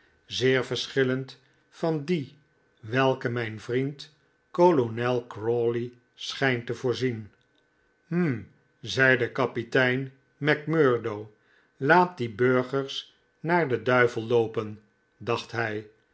zeer verschillend van die welke mijn vriend kolonel crawley schijnt te voorzien hm zeide kapitein macmurdo laat die burgers naar den duivel loopen dacht hij